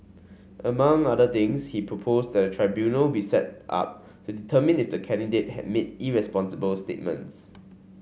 among other things he proposed that tribunal be set up determine if the candidate has made irresponsible statements